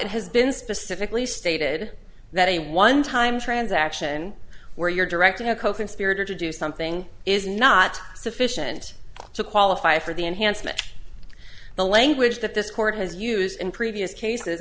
it has been specifically stated that a one time transaction where you're directing a coconspirator to do something is not sufficient to qualify for the enhancement the language that this court has used in previous cases